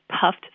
puffed